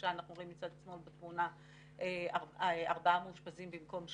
בצד שמאל בתמונה אנחנו רואים ארבעה מאושפזים במקום שלושה,